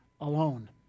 alone